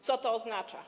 Co to oznacza?